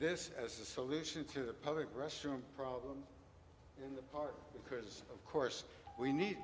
this as a solution to the public restroom problem in the park because of course we need